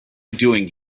doing